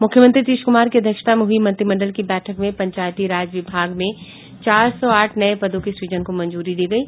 मुख्यमंत्री नीतीश कुमार की अध्यक्षता में हुई मंत्रिमंडल की बैठक में पंचायती राज विभाग में चार सौ साठ नये पदों की सृजन को मंजूरी दी गयी